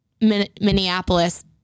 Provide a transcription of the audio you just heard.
Minneapolis